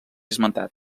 esmentat